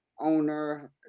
owner